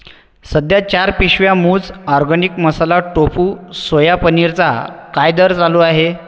सध्या चार पिशव्या मूझ ऑर्गॅनिक मसाला टोफू सोया पनीरचा काय दर चालू आहे